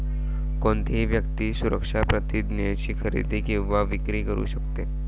कोणतीही व्यक्ती सुरक्षा प्रतिज्ञेची खरेदी किंवा विक्री करू शकते